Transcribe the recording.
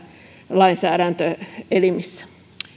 lainsäädäntöelimissä